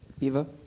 Eva